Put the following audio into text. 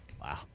Wow